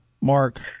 Mark